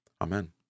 Amen